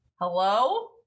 Hello